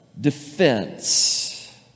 defense